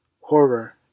Horror